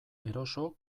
eroso